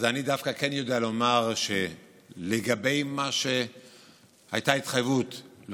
אז אני דווקא כן יודע לומר שלגבי ההתחייבות שהייתה,